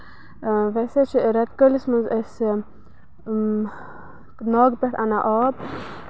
اۭں ویسے چھِ رٮ۪تہٕ کٲلِس منٛز أسۍ اۭں ناگہٕ پٮ۪ٹھ اَنان آب